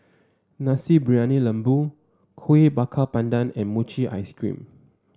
Nasi Briyani Lembu Kueh Bakar Pandan and Mochi Ice Cream